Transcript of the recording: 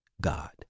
God